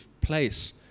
place